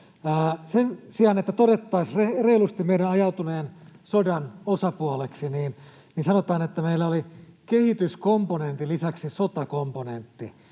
Sen sijaan, että todettaisiin reilusti meidän ajautuneen sodan osapuoleksi, niin sanotaan, että meillä oli ”kehityskomponentin lisäksi sotakomponentti”.